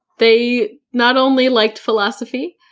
they not only liked philosophy,